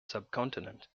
subcontinent